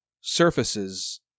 surfaces